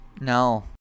No